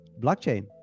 blockchain